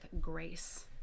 grace